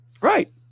Right